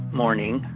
morning